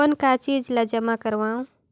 कौन का चीज ला जमा करवाओ?